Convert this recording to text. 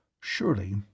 Surely